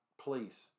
please